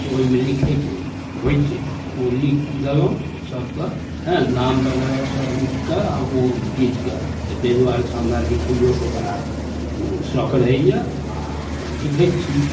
से ओइमे लिखैके होइ छै ओ लिख देलहुँ सबके हँ नाम वगैरह सब लिखकऽ आओर ओ चीजके तै दुआरेसँ हमरा लिखैयोके बड़ा शौक रहैया आओर लिखै छी